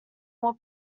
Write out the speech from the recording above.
all